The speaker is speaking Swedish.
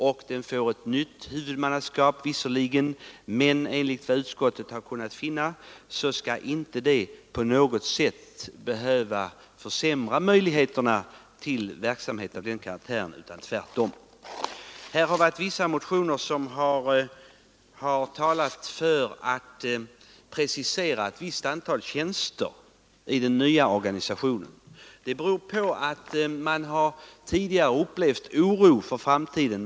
Den får visserligen ett nytt huvudmannaskap, men enligt vad utskottet har kunnat finna skall detta inte på något sätt behöva försämra möjligheterna till verksamhet av denna karaktär utan tvärtom. Några motionärer har talat för att man skall precisera ett visst antal tjänster i den nya organisationen. Detta beror på att man tidigare har upplevt oro för framtiden.